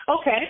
Okay